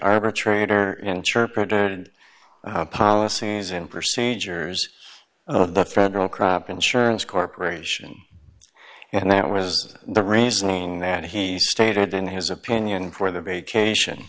arbitrator interpreted policies and procedures of the federal crap insurance corporation and that was the reasoning that he stated in his opinion for the vacation